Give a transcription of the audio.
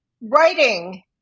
writing